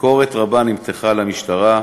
ביקורת רבה נמתחה על המשטרה.